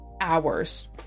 hours